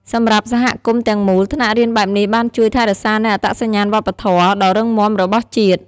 សម្រាប់ សហគមន៍ ទាំងមូល ថ្នាក់រៀនបែបនេះបានជួយ ថែរក្សានូវអត្តសញ្ញាណវប្បធម៌ ដ៏រឹងមាំរបស់ជាតិ។